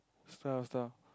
sell her stuff